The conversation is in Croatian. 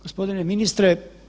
Gospodine ministre.